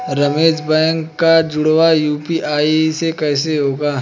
Ramesh bank का जुड़ाव UPI से कैसे होगा?